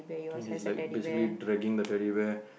and it's like basically dragging the Teddy Bear